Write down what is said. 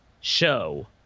show